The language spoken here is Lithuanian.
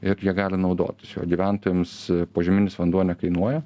ir jie gali naudotis jo gyventojams požeminis vanduo nekainuoja